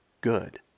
good